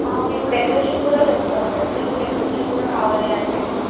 మేము డెకరేషన్ కూడా చేస్తాము మీకు డెకరేషన్ కూడా కావాలి అంటే